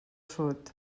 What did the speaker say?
sud